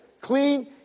Clean